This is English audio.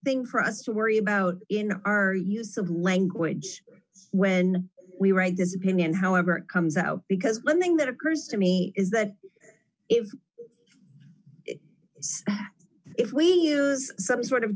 thing for us to worry about in our use of language when we write this opinion however it comes out because one thing that occurs to me is that if if we hear some sort of